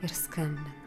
ir skambina